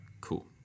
cool